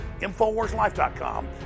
InfoWarsLife.com